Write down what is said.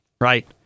right